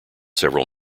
several